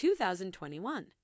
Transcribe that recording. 2021